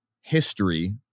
history